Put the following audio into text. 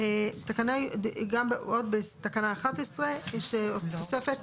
עוד בתקנה 11 יש תוספת,